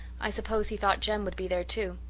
i suppose he thought jem would be there, too.